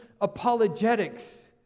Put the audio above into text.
apologetics